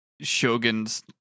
Shogun's